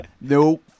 No